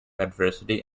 adversity